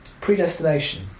Predestination